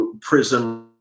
prison